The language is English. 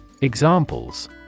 Examples